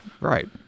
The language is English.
Right